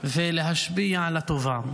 ולהשפיע לטובה.